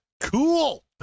cool